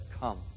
come